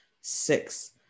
six